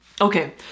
Okay